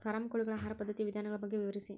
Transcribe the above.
form ಕೋಳಿಗಳ ಆಹಾರ ಪದ್ಧತಿಯ ವಿಧಾನಗಳ ಬಗ್ಗೆ ವಿವರಿಸಿ